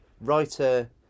writer